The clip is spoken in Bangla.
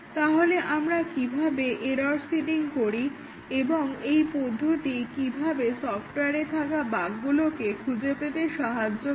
তাহলে আমরা কিভাবে এরর্ সিডিং করি এবং এই পদ্ধতি কিভাবে আমাদের সফটওয়ারে থাকা বাগকে খুঁজে পেতে সাহায্য করে